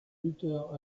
lutteur